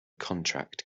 contract